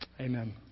Amen